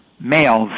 males